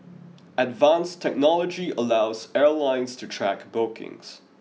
advanced technology allows airlines to track bookings